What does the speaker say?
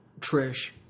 Trish